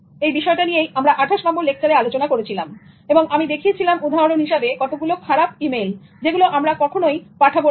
এই বিষয় নিয়েই আমরা 28 নম্বর লেকচারের আলোচনা করেছিলাম এবং আমি দেখিয়েছিলাম উদাহরন হিসাবে কতগুলো খারাপ ই মেইল যেগুলো আমরা কখনোই পাঠাবো না